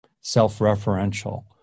self-referential